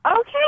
Okay